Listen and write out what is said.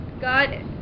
God